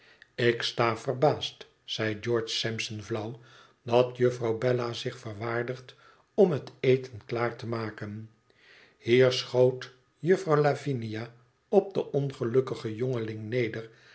tik sta verbaasd zei george sampson flauw t dat juffrouw bella zich verwaardigt om het eten klaar te maken hier schoot jufouw lavinia op den ongelukkigen jongeling neder